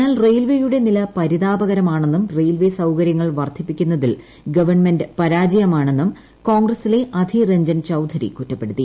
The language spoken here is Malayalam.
എന്നാൽ റെയിൽവേയുടെ നില പരിതാപകരമാണെന്നും റെയിൽവേ സൌകര്യങ്ങൾ വർദ്ധിപ്പിക്കുന്നതിൽ ഗവൺമെന്റ് പരാജയമാണെന്നും കോൺഗ്രസീലെ അധീർ രഞ്ജൻ ചൌധരി കുറ്റപ്പെടുത്തി